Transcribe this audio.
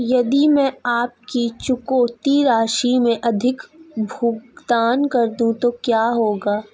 यदि मैं अपनी चुकौती राशि से अधिक भुगतान कर दूं तो क्या होगा?